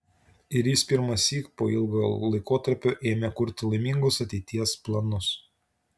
ir jis pirmąsyk po ilgo laikotarpio ėmė kurti laimingus ateities planus